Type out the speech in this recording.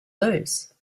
lose